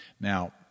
Now